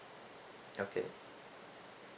okay